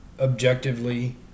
Objectively